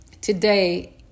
today